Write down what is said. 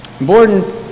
Borden